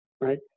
right